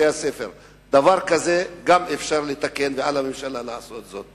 דבר כזה אפשר לתקן ועל הממשלה לעשות זאת.